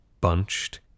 bunched